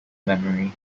memory